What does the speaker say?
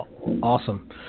Awesome